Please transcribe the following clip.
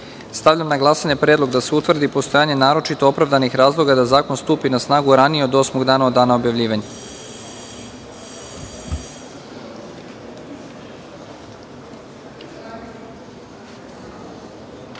amandman. Stavljam na glasanje predlog da se utvrdi postojanje naročito opravdanih razloga da zakon stupi na snagu ranije od osmog dana od dana objavljivanja. Molim